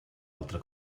altra